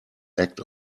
act